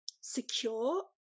secure